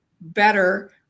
better